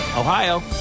Ohio